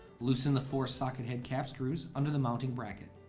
loosen the four socket head cap screws under the mounting bracket.